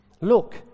Look